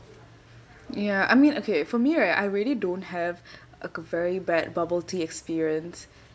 ya I mean okay for me right I really don't have like a very bad bubble tea experience